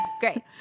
Great